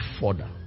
further